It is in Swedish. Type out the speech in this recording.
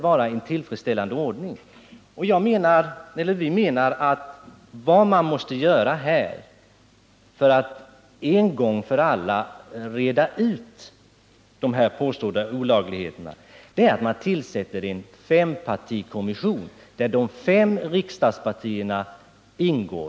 Vi menar att vad man måste göra för att en gång för alla reda ut dessa påstådda olagligheter är att tillsätta en fempartikommission, i vilken de fem riksdagspartierna ingår.